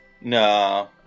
No